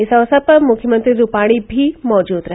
इस अवसर पर मुख्यमंत्री रूपाणी भी मौजूद रहे